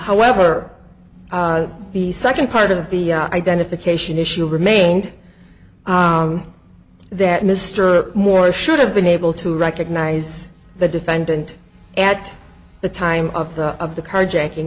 however the second part of the identification issue remained that mr morris should have been able to recognize the defendant at the time of the of the carjacking